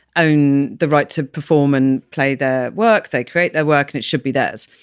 own the right to perform and play the work. they create their work and it should be theirs.